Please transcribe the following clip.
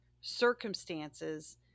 circumstances